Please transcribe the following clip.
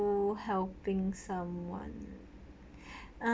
ful~ helping someone um